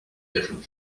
different